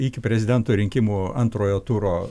iki prezidento rinkimų antrojo turo